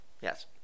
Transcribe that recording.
Yes